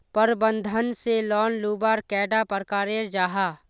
प्रबंधन से लोन लुबार कैडा प्रकारेर जाहा?